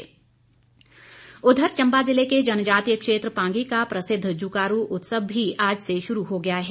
जुकारू उत्सव उधर चंबा जिले के जनजातीय क्षेत्र पांगी का प्रसिद्ध जुकारू उत्सव भी आज से शुरू हो गया है